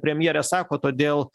premjerė sako todėl